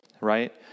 right